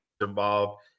involved